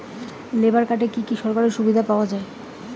Labour কার্ডে কি কি সরকারি সুবিধা পাওয়া যাবে?